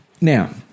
Now